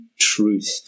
truth